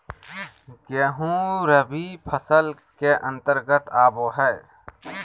गेंहूँ रबी फसल के अंतर्गत आबो हय